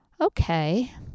Okay